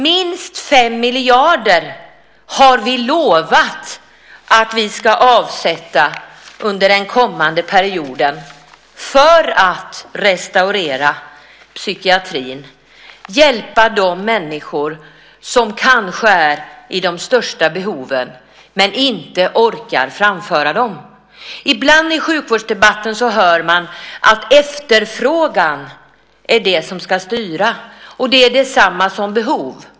Minst 5 miljarder har vi lovat att avsätta under den kommande perioden för att restaurera psykiatrin och hjälpa de människor som kanske har de största behoven men inte orkar framföra dem. I sjukvårdsdebatten hör man ibland att "efterfrågan" är det som ska styra, och det underförstås att det skulle vara detsamma som behov.